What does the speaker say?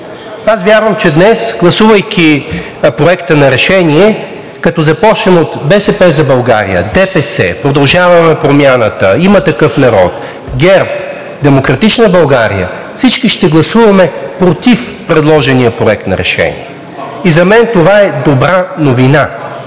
Аз вярвам, че днес, гласувайки Проекта на решение, като започнем от „БСП за България“, ДПС, „Продължаваме Промяната“, „Има такъв народ“, ГЕРБ, „Демократична България“ – всички ще гласуваме „против“ предложения проект на решение, и за мен това е добра новина.